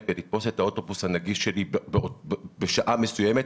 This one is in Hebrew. ולתפוס את האוטובוס הנגיש שלי בשעה מסוימת,